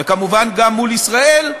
וכמובן גם מול ישראל,